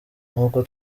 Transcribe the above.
nk’uko